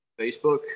Facebook